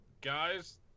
guys